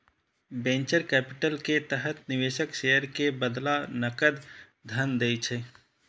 venture capital के तहत निवेशक शेयर के बदला नकद धन दै छै